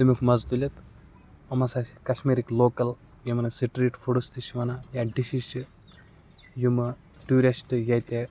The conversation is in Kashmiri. تَمیُک مَزٕ تُلِتھ یِم ہَسا چھِ کَشمیٖرٕکۍ لوکَل یِمَن أسۍ سِٹرٛیٖٹ فُڈٕس تہِ چھِ وَنان یا ڈِشِز چھِ یِمہٕ ٹیوٗرِسٹ ییٚتہِ